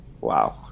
Wow